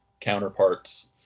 counterparts